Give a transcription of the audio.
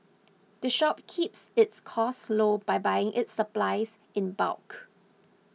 the shop keeps its costs low by buying its supplies in bulk